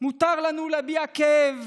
מותר לנו להביע כאב,